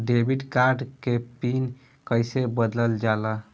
Debit card के PIN कईसे बदलल जाला?